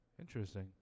Interesting